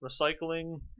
recycling